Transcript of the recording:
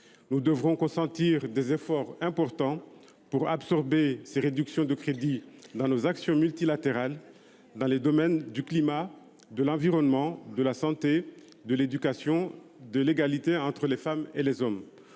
Nous devrons consentir des efforts importants pour absorber cette baisse de crédits dans nos actions multilatérales, notamment dans les domaines du climat, de l’environnement, de la santé, de l’éducation, de l’égalité entre les femmes et les hommes.